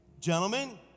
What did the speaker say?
gentlemen